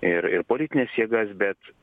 ir ir politines jėgas bet